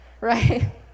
right